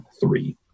three